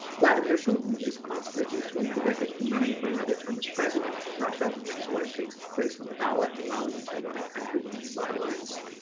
vladimir putin is constitutionally prevented from running for another term as president of russia and his wife takes place on the ballot, allowing him to run the country from the sidelines